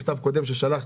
על מכתב קודם ששלחתי